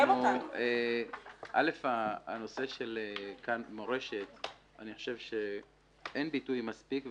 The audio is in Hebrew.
באשר ל"כאן מורשת" אני חושב שאין ביטוי מספיק.